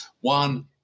one